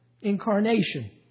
incarnation